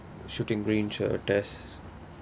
shooting range uh test